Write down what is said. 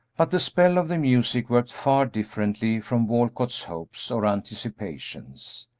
but the spell of the music worked far differently from walcott's hopes or anticipations.